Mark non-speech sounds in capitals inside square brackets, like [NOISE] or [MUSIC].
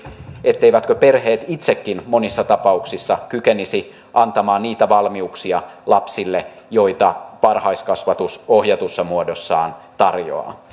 etteivätkö perheet itsekin monissa tapauksissa kykenisi antamaan niitä valmiuksia lapsille joita varhaiskasvatus ohjatussa muodossaan tarjoaa [UNINTELLIGIBLE]